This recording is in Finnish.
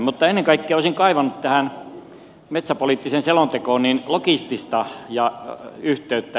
mutta ennen kaikkea olisin kaivannut tähän metsäpoliittiseen selontekoon logistista yhteyttä